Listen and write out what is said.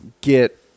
get